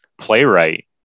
playwright